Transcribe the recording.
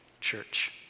church